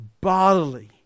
bodily